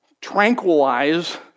tranquilize